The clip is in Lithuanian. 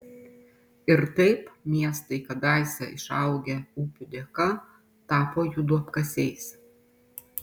ir taip miestai kadaise išaugę upių dėka tapo jų duobkasiais